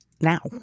now